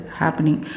happening